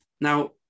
Now